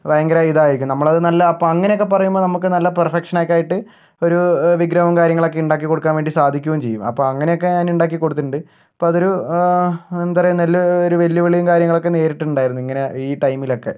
ഭയങ്കര ഇതായിരിക്കും നമ്മൾ അത് അപ്പം അങ്ങനെയൊക്കെ പറയുമ്പോൾ നമുക്ക് നല്ല പെർഫെക്ഷൻ ഒക്കെ ആയിട്ട് ഒരു വിഗ്രഹവും കാര്യങ്ങളൊക്കെ ഉണ്ടാക്കി കൊടുക്കാൻ ആയിട്ട് സാധിക്കുകയും ചെയ്യും അപ്പോൾ അങ്ങനെയൊക്കെ ഞാന് ഉണ്ടാക്കി കൊടുത്തിട്ടുണ്ട് ഇപ്പം അതൊരു എന്താ പറയുക നല്ലൊരു വെല്ലുവിളിയും കാര്യങ്ങളും ഒക്കെ നേരിട്ടിട്ടുണ്ടായിരുന്നു ഈ ടൈമിൽ ഒക്കെ